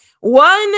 one